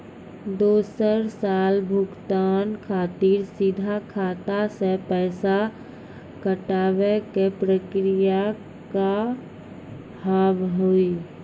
दोसर साल भुगतान खातिर सीधा खाता से पैसा कटवाए के प्रक्रिया का हाव हई?